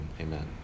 Amen